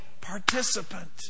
participant